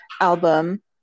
album